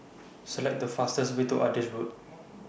Select The fastest Way to Adis Road